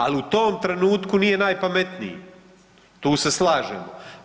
Ali u tom trenutku nije najpametniji, tu se slažemo.